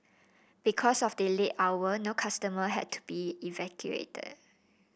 because of the late hour no customer had to be evacuated